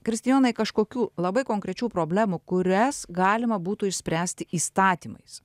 kristijonai kažkokių labai konkrečių problemų kurias galima būtų išspręsti įstatymais